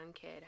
kid